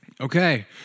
Okay